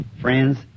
Friends